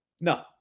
no